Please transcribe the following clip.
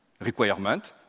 requirement